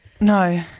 No